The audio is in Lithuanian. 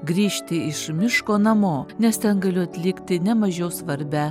grįžti iš miško namo nes ten galiu atlikti ne mažiau svarbią